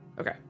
okay